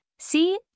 See